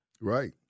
Right